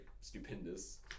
stupendous